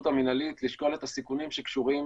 המינהלית לשקול את הסיכונים שקשורים